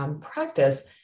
practice